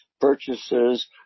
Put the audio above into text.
purchases